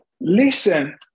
Listen